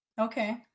Okay